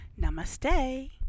Namaste